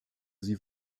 sie